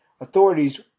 authorities